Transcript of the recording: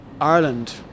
Ireland